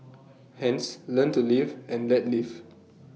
hence learn to live and let live